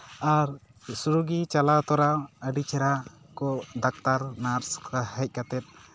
ᱟᱨ ᱨᱳᱜᱤ ᱪᱟᱞᱟᱣ ᱛᱚᱨᱟ ᱟᱹᱰᱤ ᱪᱮᱦᱨᱟ ᱠᱚ ᱰᱟᱠᱛᱟᱨ ᱱᱟᱨᱥ ᱦᱮᱡ ᱠᱟᱛᱮᱜ